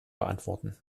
beantworten